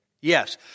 Yes